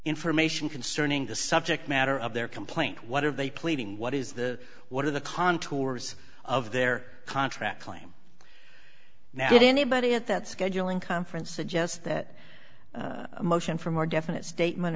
information concerning the subject matter of their complaint what are they pleading what is the what are the contours of their contract claim now did anybody at that scheduling conference suggest that a motion for more definite statement